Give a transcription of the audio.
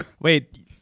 wait –